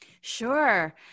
Sure